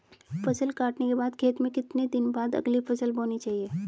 फसल काटने के बाद खेत में कितने दिन बाद अगली फसल बोनी चाहिये?